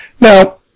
Now